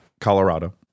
colorado